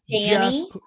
Danny